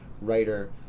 writer